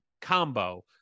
combo